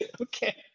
Okay